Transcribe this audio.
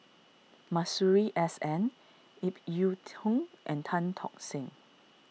Masuri S N Ip Yiu Tung and Tan Tock Seng